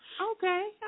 Okay